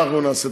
אנחנו נעשה,